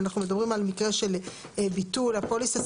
אנחנו מדברים על מקרה של ביטול הפוליסה.